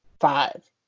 five